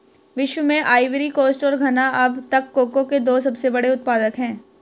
विश्व में Ivory Coast और घना अब तक कोको के दो सबसे बड़े उत्पादक है